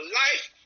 life